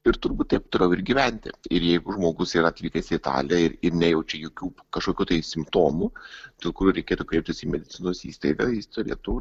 ir turbūt taip toliau ir gyventi ir jeigu žmogus yra atvykęs į italiją ir ir nejaučia jokių kažkokių tai simptomų dėl kurių reikėtų kreiptis į medicinos įstaigą jis turėtų